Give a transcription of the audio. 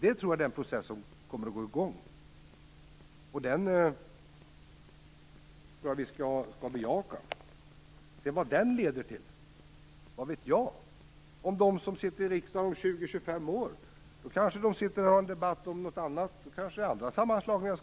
Jag tror att denna process kommer att fortsätta, och den bör vi bejaka. Vad den leder till vet jag inte. Om 20-25 år diskuterar man här i riksdagen kanske andra sammanslagningar.